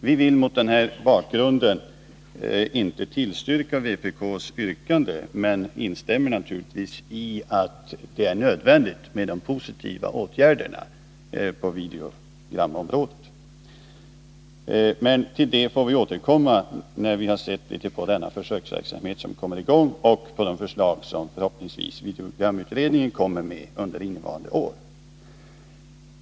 Vi vill mot den bakgrunden inte tillstyrka vpk:s yrkande men instämmer naturligtvis i att det är nödvändigt med positiva åtgärder på videogramområdet. Härtill får vi emellertid återkomma när vi har sett resultaten av försöksverksamheten och när vi har fått de förslag som videogramutredningen förhoppningsvis lägger fram under innevarande år.